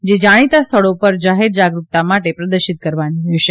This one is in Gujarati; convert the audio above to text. જે જાણીતા સ્થળો પર જાહેર જાગરૂકતા માટે પ્રદર્શિત કરવાની રહેશે